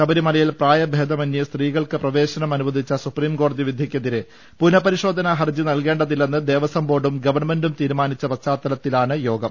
ശബരിമലയിൽ പ്രായഭേദമന്യേ സ്ത്രീകൾക്ക് പ്രവേശനം അനുവദിച്ച സുപ്രീം കോടതി വിധിക്കെതിരെ പുനഃപരിശോധനാ ഹർജി നൽകേണ്ടതില്ലെന്ന് ദേവസ്വം ബോർഡും ഗവൺ മെന്റും തീരുമാനിച്ച പശ്ചാത്തലത്തിലാണ് യോഗം